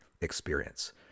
experience